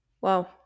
Wow